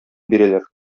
бирәләр